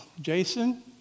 Jason